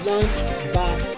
Lunchbox